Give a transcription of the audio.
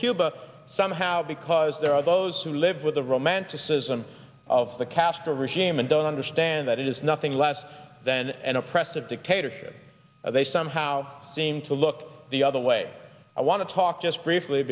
cuba somehow because there are those who live with the romanticism of the castro regime and don't understand that it is nothing less than an oppressive dictatorship they somehow seem to look the other way i want to talk just briefly